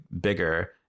bigger